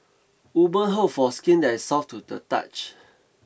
woman hope for skin that's soft to the touch